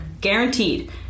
Guaranteed